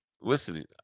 Listening